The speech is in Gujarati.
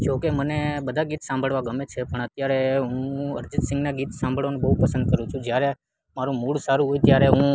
જો કે મને બધા ગીત સાંભળવા ગમે છે પણ અત્યારે હું અરિજિત સીંગના ગીત સાંભળવાનું બહુ પસંદ કરું છું જ્યારે મારો મૂડ સારો હોય ત્યારે હું